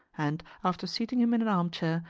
and, after seating him in an armchair,